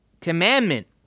commandment